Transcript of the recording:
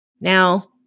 Now